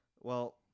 Well-